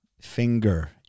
finger